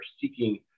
seeking